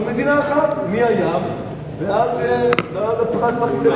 אבל מדינה אחת, מהים ועד הפרת והחידקל.